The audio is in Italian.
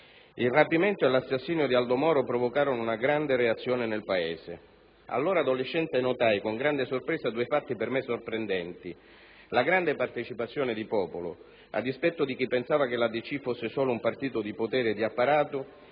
Ilrapimento e l'assassinio di Aldo Moro provocarono una grande reazione nel Paese. Allora, adolescente, notai con grande sorpresa due fatti per me sorprendenti: la grande partecipazione di popolo, a dispetto di chi pensava che la DC fosse soltanto un partito di potere e di apparato,